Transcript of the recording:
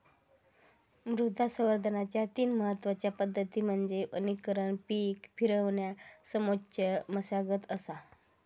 मृदा संवर्धनाच्या तीन महत्वच्या पद्धती म्हणजे वनीकरण पीक फिरवणा समोच्च मशागत असा